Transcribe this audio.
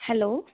hello